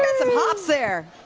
and some hops there.